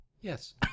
Yes